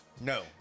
No